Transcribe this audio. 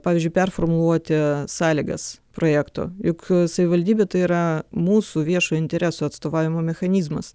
pavyzdžiui performuluoti sąlygas projekto juk savivaldybė tai yra mūsų viešojo intereso atstovavimo mechanizmas